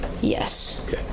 Yes